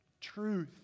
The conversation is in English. truth